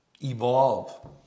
evolve